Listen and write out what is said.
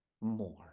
more